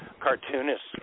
cartoonists